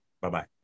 Bye-bye